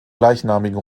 gleichnamigen